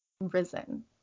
risen